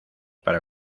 para